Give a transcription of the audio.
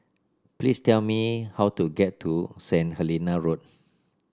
please tell me how to get to St Helena Road